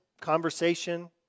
conversation